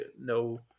no